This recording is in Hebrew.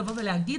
לבוא ולהגיד